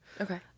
Okay